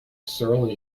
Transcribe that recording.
surly